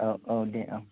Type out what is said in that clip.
औ औ दे औ